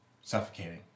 suffocating